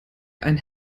einen